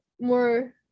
more